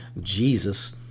Jesus